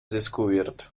descubierto